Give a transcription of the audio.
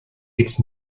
its